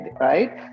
right